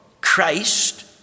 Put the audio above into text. Christ